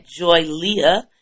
joyleah